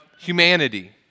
humanity